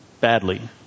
badly